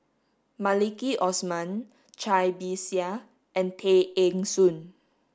Maliki Osman Cai Bixia and Tay Eng Soon